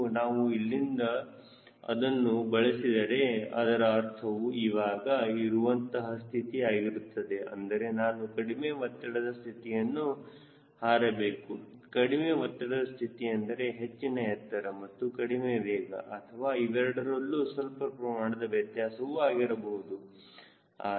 ಮತ್ತು ನಾನು ಅದನ್ನು ಬಳಸಿದರೆ ಅದರ ಅರ್ಥವು ಇವಾಗ ಇರುವಂತಹ ಸ್ಥಿತಿ ಆಗಿರುತ್ತದೆ ಅಂದರೆ ನಾನು ಕಡಿಮೆ ಒತ್ತಡದ ಸ್ಥಿತಿಯಲ್ಲಿ ಹಾರಬೇಕಾಗುತ್ತದೆ ಕಡಿಮೆ ಒತ್ತಡದ ಸ್ಥಿತಿ ಎಂದರೆ ಹೆಚ್ಚಿನ ಎತ್ತರ ಮತ್ತು ಕಡಿಮೆ ವೇಗ ಅಥವಾ ಇವೆರಡರಲ್ಲೂ ಸ್ವಲ್ಪ ಪ್ರಮಾಣದ ವ್ಯತ್ಯಾಸವು ಆಗಿರುತ್ತದೆ